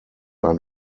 ein